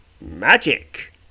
magic